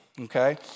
Okay